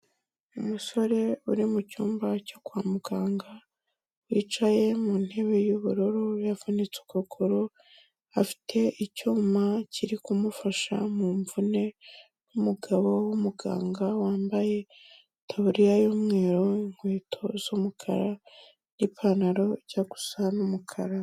Umusore uri mu cyumba cyo kwa muganga, wicaye mu ntebe y'ubururu yavunitse ukuguru, afite icyuma kiri kumufasha mu mvune, umugabo w'umuganga wambaye itaburiya y'umweru, inkweto z'umukara n'ipantaro ijya gusa n'umukara.